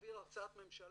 להביא הצעת ממשלה,